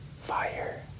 Fire